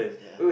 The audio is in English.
ya